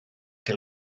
què